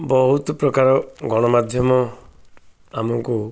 ବହୁତ ପ୍ରକାର ଗଣମାଧ୍ୟମ ଆମକୁ